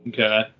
Okay